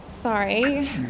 Sorry